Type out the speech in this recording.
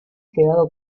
quedado